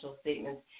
statements